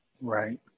Right